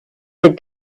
with